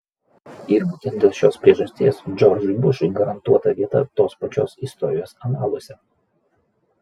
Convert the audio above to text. ir būtent dėl šios priežasties džordžui bušui garantuota vieta tos pačios istorijos analuose